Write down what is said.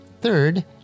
Third